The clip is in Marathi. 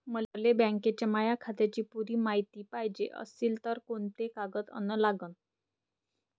मले बँकेच्या माया खात्याची पुरी मायती पायजे अशील तर कुंते कागद अन लागन?